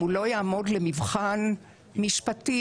אם הוא לא יעמוד למבחן משפטי,